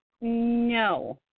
no